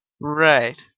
Right